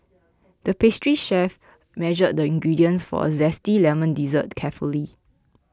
the pastry chef measured the ingredients for a Zesty Lemon Dessert carefully